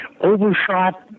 overshot